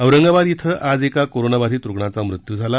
औरंगाबाद इथं आज एका कोरोनाबाधित रुग्णाचा मृत्यू झाला